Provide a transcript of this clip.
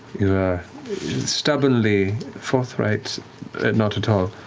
you are stubbornly forthright not at all.